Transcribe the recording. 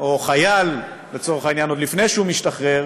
או חייל, לצורך העניין, עוד לפני שהוא משתחרר,